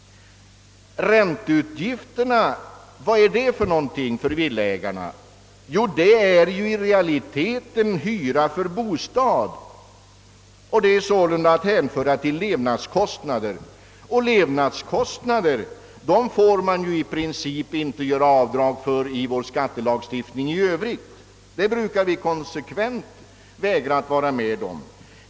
Ränteutgifterna för villaägarna är ju i realiteten hyra för bostad och sålunda att hänföra till levnadskostnader. För levnadskostnader får man i princip inte göra avdrag enligt vår skattelagstiftning i övrigt — det brukar vi konsekvent vägra att vara med om.